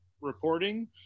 reporting